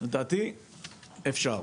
לדעתי אפשר.